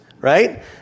right